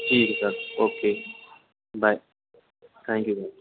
جی ٹھیک ہے sir okay bye thank you